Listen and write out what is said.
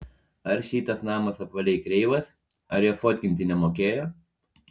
ar šitas namas apvaliai kreivas ar jo fotkinti nemokėjo